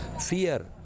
Fear